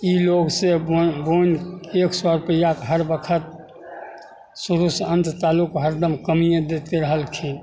ई लोग से बनि बनि एक सए रूपैआ के हर बखत हर शुरू से अंत तालुक हरदम कमिए दैत रहलखिन